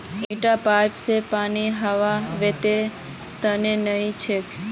इटा पाइप स पानीर बहाव वत्ते तेज नइ छोक